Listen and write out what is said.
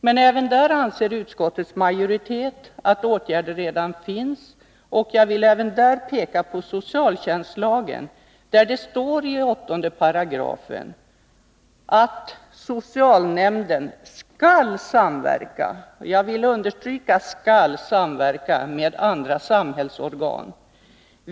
Men även där anser utskottets majoritet att åtgärder redan vidtagits. Jag vill också peka på socialtjänstlagen, där det i 8 § står att socialnämnden skall samverka med andra samhällsorgan.